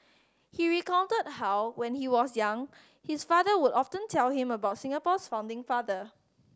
he recounted how when he was young his father would often tell him about Singapore's founding father